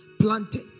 planted